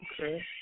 Okay